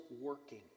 working